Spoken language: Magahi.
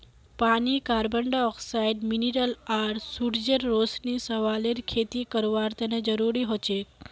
पानी कार्बन डाइऑक्साइड मिनिरल आर सूरजेर रोशनी शैवालेर खेती करवार तने जरुरी हछेक